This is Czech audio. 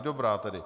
Dobrá tedy.